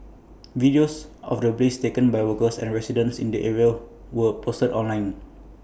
videos of the blaze taken by workers and residents in the area were posted online